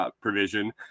provision